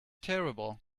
terrible